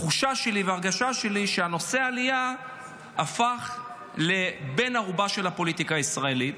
התחושה שלי היא שנושא העלייה הפך לבן ערובה של הפוליטיקה הישראלית,